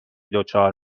دچار